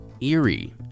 Eerie